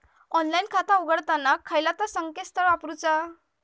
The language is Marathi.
ऑनलाइन खाता उघडताना खयला ता संकेतस्थळ वापरूचा?